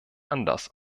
anders